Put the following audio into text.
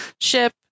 ship